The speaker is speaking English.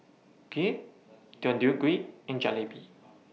Kheer Deodeok Gui and Jalebi